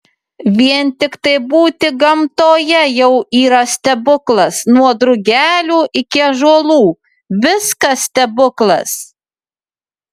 vien tiktai būti gamtoje jau yra stebuklas nuo drugelių iki ąžuolų viskas stebuklas